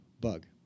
Bug